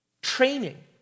Training